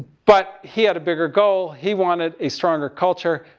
but he had a bigger goal. he wanted a stronger culture.